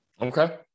Okay